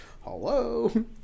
hello